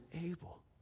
able